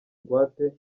ingwate